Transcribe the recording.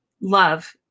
love